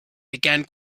began